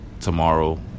Tomorrow